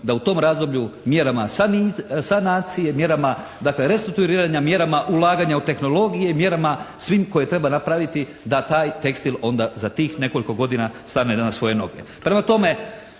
Da u tom razdoblju mjerama sanacije, mjerama dakle restrukturiranja, mjerama ulaganja u tehnologije, mjerama svim koje treba napraviti da taj tekstil onda za tih nekoliko godina stane na svoje noge. Prema tome